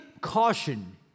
caution